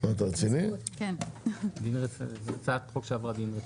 זאת הצעת חוק שעברה דין רציפות.